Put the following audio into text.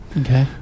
Okay